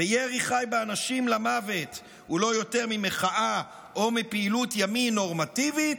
וירי חי באנשים למוות הוא לא יותר ממחאה או מפעילות ימין נורמטיבית,